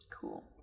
cool